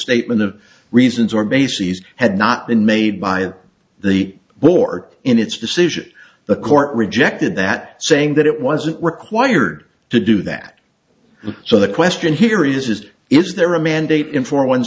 statement of reasons or bases had not been made by the war in its decision the court rejected that saying that it wasn't required to do that so the question here is is is there a mandate in for one